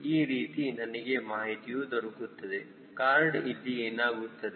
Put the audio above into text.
ಈ ರೀತಿ ನನಗೆ ಮಾಹಿತಿಯು ದೊರಕುತ್ತದೆ ಖಾರ್ಡ್ ಇಲ್ಲಿ ಏನಾಗುತ್ತದೆ